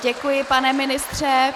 Děkuji, pane ministře.